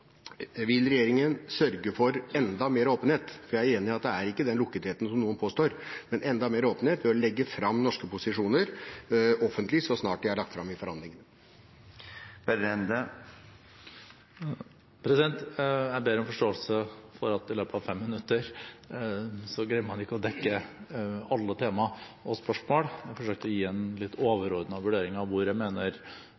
Vil regjeringen sørge for enda mer åpenhet? Vi er enig i at det er ikke så lukket som noen påstår, men vil regjeringen sørge for enda mer åpenhet ved å legge fram norske posisjoner offentlig så snart de er lagt fram i forhandlingene? Jeg ber om forståelse for at i løpet av fem minutter greier man ikke å dekke alle tema og spørsmål. Jeg forsøkte å gi en litt